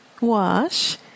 wash